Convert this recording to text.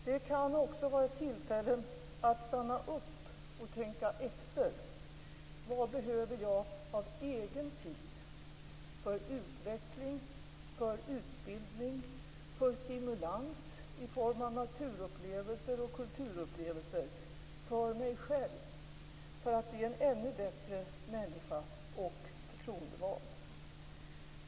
Det kan också vara ett tillfälle att stanna upp och tänka efter - vad behöver jag av egen tid - för utveckling, för utbildning, för stimulans i form av natur och kulturupplevelser, för mig själv - för att bli en ännu bättre människa och förtroendevald.